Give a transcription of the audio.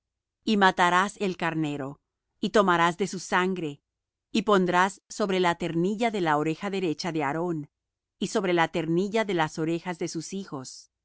y matarás el carnero y tomarás de su sangre y pondrás sobre la ternilla de la oreja derecha de aarón y sobre la ternilla de las orejas de sus hijos